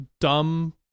dumb